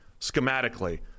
schematically